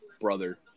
brother